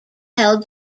held